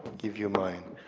give you mine.